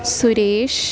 सुरेशः